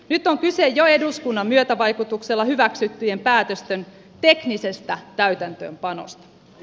nyt on kyse jo eduskunnan myötävaikutuksella hyväksyttyjen päätösten teknisestä täytäntöönpanosta